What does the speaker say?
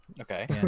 Okay